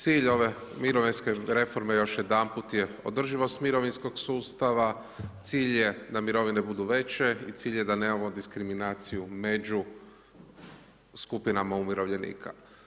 Cilj ove mirovinske reforme, još jedanput je, održivost mirovinskog sustava, cilj je da mirovine budu veće i cilj je da nemamo diskriminaciju među skupinama umirovljenika.